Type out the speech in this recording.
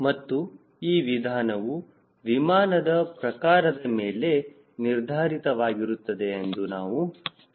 ಮತ್ತು ಈ ವಿಧಾನವು ವಿಮಾನದ ಪ್ರಕಾರದ ಮೇಲೆ ನಿರ್ಧಾರಿತವಾಗಿರುತ್ತದೆ ಎಂದು ನಾವು ತಿಳಿದಿದ್ದೇವೆ